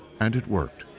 and it worked.